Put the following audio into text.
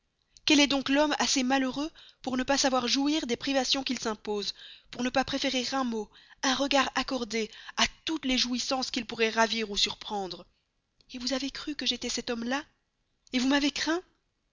quel est donc l'homme assez malheureux pour ne pas savoir jouir des privations qu'il s'impose pour ne pas préférer un mot un regard accordés à toutes les jouissances qu'il pourrait ravir ou surprendre vous avez cru que j'étais cet homme-là vous m'avez craint